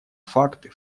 факты